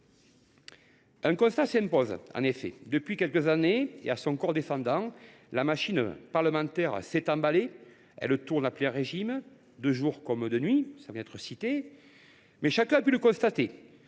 Un constat s’impose en effet : depuis quelques années et à son corps défendant, la machine parlementaire s’est emballée ; elle tourne à plein régime, de jour comme de nuit […] Mais, chacun a pu le constater,